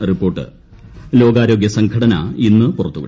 report ലോകാരോഗൃ സംഘടന ഇന്ന് പുറത്ത് വിടും